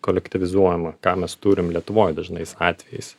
kolektyvizuojama ką mes turim lietuvoj dažnais atvejais